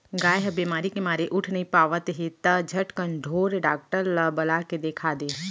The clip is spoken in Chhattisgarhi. गाय ह बेमारी के मारे उठ नइ पावत हे त झटकन ढोर डॉक्टर ल बला के देखा दे